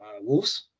Wolves